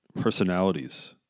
personalities